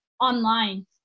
online